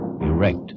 erect